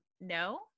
No